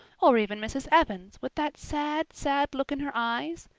or even mrs. evans, with that sad, sad look in her eyes?